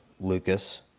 Lucas